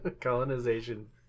Colonization